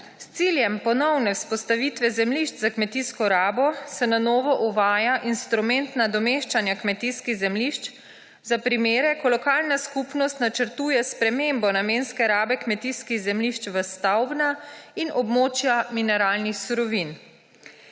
S ciljem ponovne vzpostavitve zemljišč za kmetijsko rabo se na novo uvaja instrument nadomeščanja kmetijskih zemljišč za primere, ko lokalna skupnost načrtuje spremembo namenske rabe kmetijskih zemljišč v stavbna in območja mineralnih surovin.